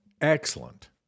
Excellent